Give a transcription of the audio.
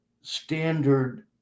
standard